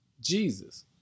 Jesus